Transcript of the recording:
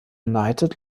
united